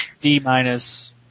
D-minus